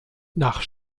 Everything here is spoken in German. nach